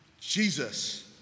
Jesus